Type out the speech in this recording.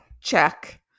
Check